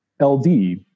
LD